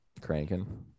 cranking